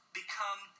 become